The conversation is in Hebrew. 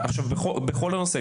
בכל נושא?